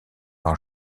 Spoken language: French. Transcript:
par